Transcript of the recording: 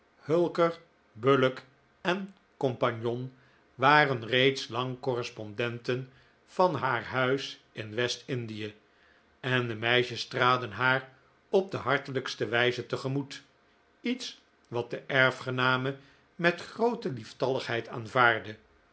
hulker bullock co waren reeds lang correspondenten van haar huis in west-indie en de meisjes traden haar op de hartelijkste wijze tegemoet iets wat de erfgename met groote lieftalligheid aanvaardde